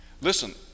Listen